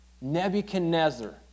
Nebuchadnezzar